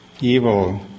evil